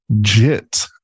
JIT